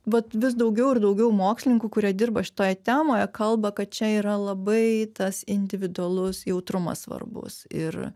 vat vis daugiau ir daugiau mokslininkų kurie dirba šitoje temoje kalba kad čia yra labai tas individualus jautrumas svarbus ir